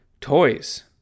Toys